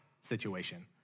situation